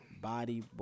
body